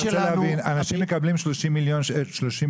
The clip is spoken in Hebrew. אני רוצה להבין, אנשים מקבלים 30 מיליון שקל.